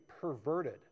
perverted